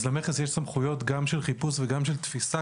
למכס יש סמכויות גם של חיפוש וגם של תפיסה,